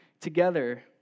together